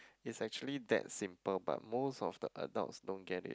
it's actually that simple but most of the adults don't get it